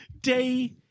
Day